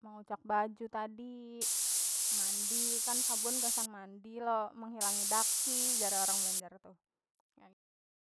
mengucak baju tadi mandi kan sabun gasan mandi lo mehilangi daki jar orang banjar tuh.